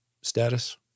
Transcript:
status